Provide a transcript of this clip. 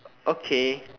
okay